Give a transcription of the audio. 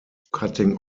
cutting